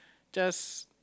just